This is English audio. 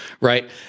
right